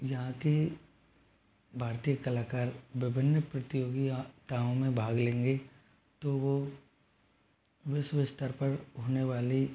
यहाँ के भारतीय कलाकार विभिन्न प्रतियोगिताओं में भाग लेंगे तो वो विश्व स्तर पर होने वाली